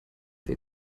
wir